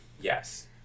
yes